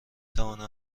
توانم